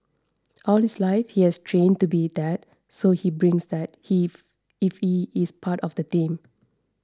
all his life he has trained to be that so he brings that if he is part of the team